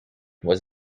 was